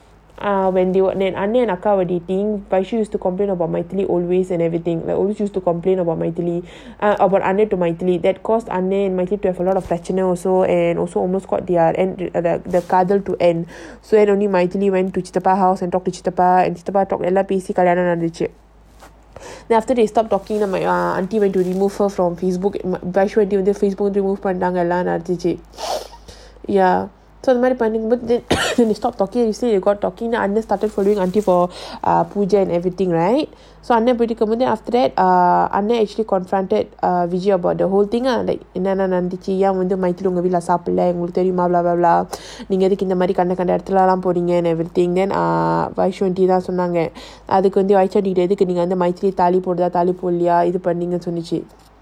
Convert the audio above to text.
ah when they were in அக்கா:akka used to complain about always and everything like always used to complain about மைதிலி:mythili and also almost called their the garden to end so then only when to house to talk to then பிரச்னை:prachana then after that they stopped talking auntie went to remove her from fracebook காதல்:kadhal they stopped talking and everything right பேசிகல்யாணம்நடந்துச்சு:pesi kalyanam nadanthuchu actually confronted about the whole thing lah and everything இந்தமாதிரிபண்ணும்போது:indha madhiri pannumpothu